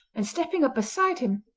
and stepping up beside him,